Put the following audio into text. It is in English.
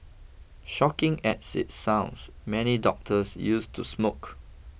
shocking as it sounds many doctors used to smoke